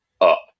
up